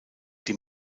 die